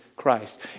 Christ